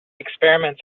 experiments